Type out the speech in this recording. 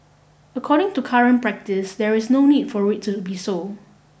according to current practice there is no need for it to be so